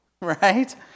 right